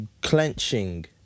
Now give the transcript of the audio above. clenching